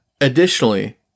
Additionally